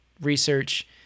research